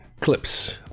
clips